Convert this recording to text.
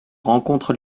rencontre